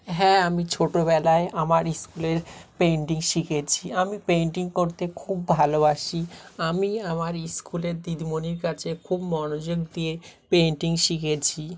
হ্যাঁ আমি ছোটোবেলায় আমার স্কুলের পেন্টিং শিখেছি আমি পেন্টিং করতে খুব ভালোবাসি আমি আমার স্কুলের দিদিমণির কাছে খুব মনোযোগ দিয়ে পেন্টিং শিখেছি